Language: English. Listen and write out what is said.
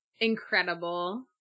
Incredible